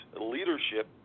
leadership